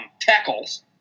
tackles